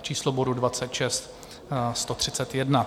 Číslo bodu 26, 131.